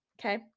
Okay